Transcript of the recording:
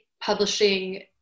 publishing